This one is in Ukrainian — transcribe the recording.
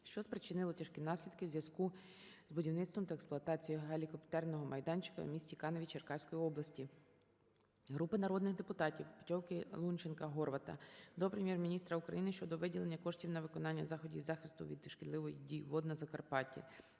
що спричинило тяжкі наслідки, у зв'язку з будівництвом та експлуатацією гелікоптерного майданчика у місті Каневі Черкаської області. Групи народних депутатів (Петьовки, Лунченка, Горвата) до Прем'єр-міністра України щодо виділення коштів на виконання заходів із захисту від шкідливої дії вод на Закарпатті.